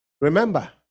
Remember